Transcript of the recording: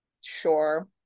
Sure